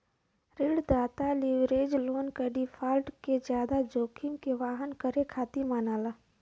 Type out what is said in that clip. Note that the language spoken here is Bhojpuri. ऋणदाता लीवरेज लोन क डिफ़ॉल्ट के जादा जोखिम के वहन करे खातिर मानला